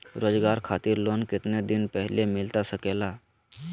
रोजगार खातिर लोन कितने दिन पहले मिलता सके ला?